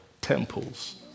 temples